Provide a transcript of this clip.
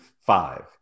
five